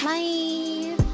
Bye